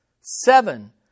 seven